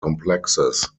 complexes